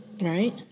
right